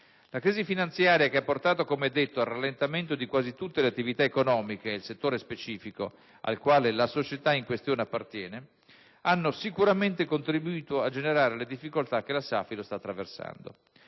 La crisi finanziaria che ha portato, come detto, al rallentamento di quasi tutte le attività economiche e il settore specifico, al quale la società in questione appartiene, hanno sicuramente contribuito a generare le difficoltà che la Safilo sta attraversando.